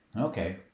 okay